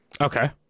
Okay